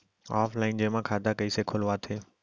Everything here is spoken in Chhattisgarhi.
ऑफलाइन जेमा खाता कइसे खोलवाथे?